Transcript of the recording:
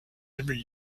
every